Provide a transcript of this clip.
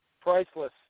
priceless